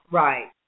right